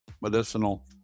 medicinal